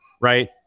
right